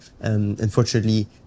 Unfortunately